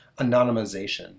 anonymization